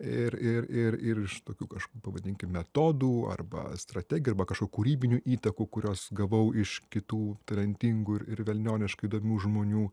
ir ir ir ir iš tokių kažkokių pavadinkim metodų arba strategijų arba kažkokių kūrybinių įtakų kurios gavau iš kitų talentingų ir velnioniškai įdomių žmonių